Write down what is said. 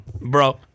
Bro